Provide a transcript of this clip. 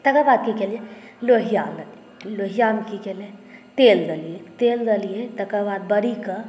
तकर बाद की केलिए लोहिया अनलिए लोहियामे की करेलियै तेल देलियै तेल देलियै तकर बाद की केलियै बड़ीक